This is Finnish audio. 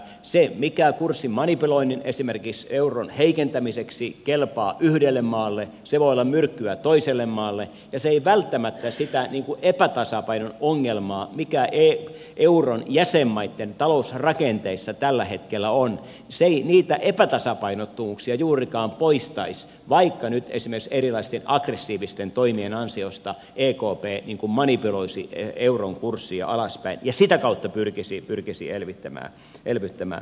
se mikä kurssin manipuloinnissa esimerkiksi euron heikentämiseksi kelpaa yhdelle maalle voi olla myrkkyä toiselle maalle ja se ei välttämättä sitä epätasapainon ongelmaa mikä euron jäsenmaitten talousrakenteissa tällä hetkellä on juurikaan poistaisi vaikka nyt esimerkiksi erilaisten aggressiivisten toimien ansiosta ekp manipuloisi euron kurssia alaspäin ja sitä kautta pyrkisi elvyttämään